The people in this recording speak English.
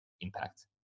impact